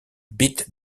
beat